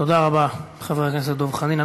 תודה רבה, חבר הכנסת דב חנין.